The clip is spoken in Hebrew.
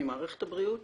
ממערכת הבריאות